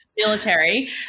military